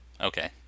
okay